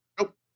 Nope